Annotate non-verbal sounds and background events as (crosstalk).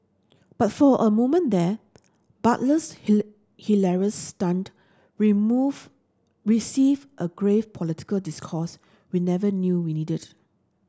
but for a moment there Butler's (unintelligible) hilarious stunt remove received a grave political discourse we never knew we needed